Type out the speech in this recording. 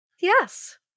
Yes